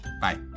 Bye